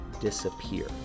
disappear